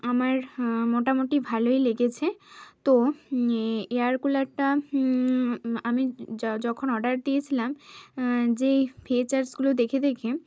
আমার মোটামুটি ভালোই লেগেছে তো এ এয়ার কুলারটা আমি যখন আমি অর্ডার দিয়েছিলাম যেই ফিচার্সগুলো দেখে দেখে